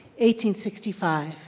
1865